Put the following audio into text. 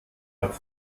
hat